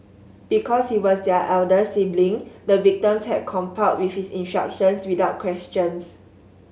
because he was their elder sibling the victims had complied with his instructions without questions